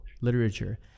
literature